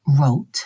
wrote